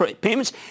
payments